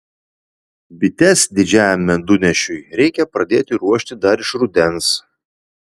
bites didžiajam medunešiui reikia pradėti ruošti dar iš rudens